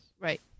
Right